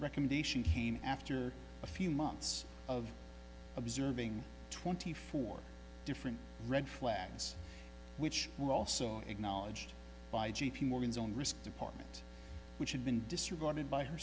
recommendation came after a few months of observing twenty four different red flags which were also acknowledged by j p morgan's own risk department which had been disregarded by her